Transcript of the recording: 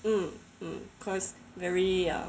嗯嗯 cause very uh